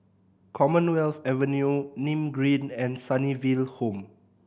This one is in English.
Commonwealth Avenue Nim Green and Sunnyville Home